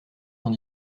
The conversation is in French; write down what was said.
cent